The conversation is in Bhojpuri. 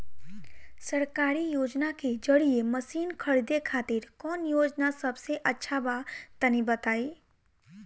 सरकारी योजना के जरिए मशीन खरीदे खातिर कौन योजना सबसे अच्छा बा तनि बताई?